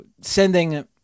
sending